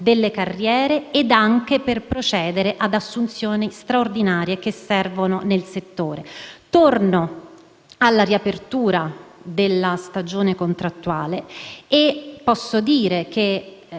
delle carriere ed anche per procedere ad assunzioni straordinarie che servono nel settore. Tornando alla riapertura della stagione contrattuale, ho